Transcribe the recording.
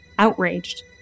Outraged